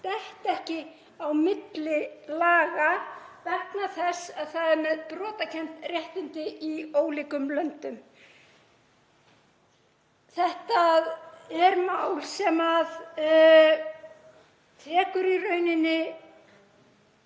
detti ekki á milli laga vegna þess að það er með mjög brotakennd réttindi í ólíkum löndum. Þetta er mál sem tekur í rauninni